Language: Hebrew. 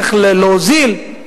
איך להוזיל.